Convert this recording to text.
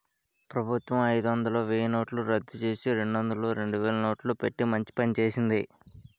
ప్రభుత్వం అయిదొందలు, వెయ్యినోట్లు రద్దుచేసి, రెండొందలు, రెండువేలు నోట్లు పెట్టి మంచి పని చేసింది